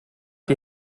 die